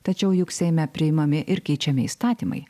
tačiau juk seime priimami ir keičiami įstatymai